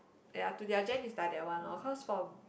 ya to their gen is like that one loh cause from